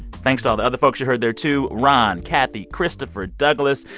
thanks to all the other folks you heard there, too ron, kathy, christopher, douglas,